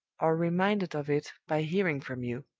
or reminded of it by hearing from you.